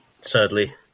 sadly